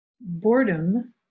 boredom